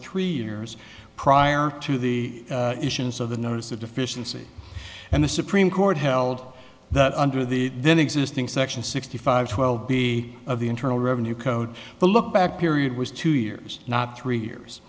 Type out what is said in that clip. three years prior to the issuance of the notice of deficiency and the supreme court held that under the then existing section sixty five twelve b of the internal revenue code the lookback period was two years not three years